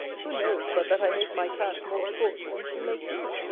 who knows but that i make my cat more sport than she makes me?